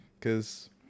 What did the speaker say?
cause